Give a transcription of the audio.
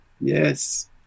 Yes